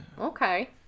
Okay